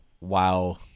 Wow